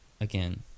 again